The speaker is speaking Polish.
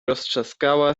rozstrzaskała